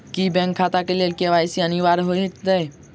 की bank खाता केँ लेल के.वाई.सी अनिवार्य होइ हएत?